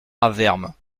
avermes